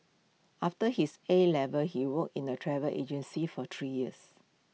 after his A levels he worked in A travel agency for three years